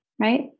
right